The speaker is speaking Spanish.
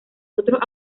otros